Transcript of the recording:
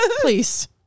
please